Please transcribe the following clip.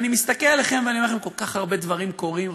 אני מסתכל עליכם ואני אומר לכם: כל כך הרבה דברים קורים,